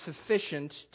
sufficient